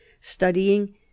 studying